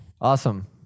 Awesome